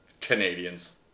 Canadians